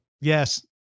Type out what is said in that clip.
Yes